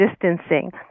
distancing